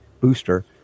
booster